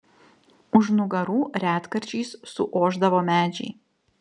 už nugarų retkarčiais suošdavo medžiai